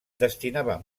destinava